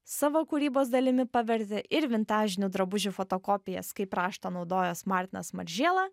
savo kūrybos dalimi pavertė ir vintažinių drabužių fotokopijas kaip raštą naudojęs martinas maržiela